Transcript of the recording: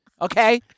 Okay